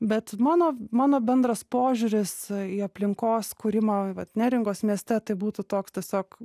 bet mano mano bendras požiūris į aplinkos kūrimą vat neringos mieste tai būtų toks tiesiog